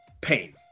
pain